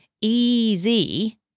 easy